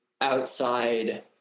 outside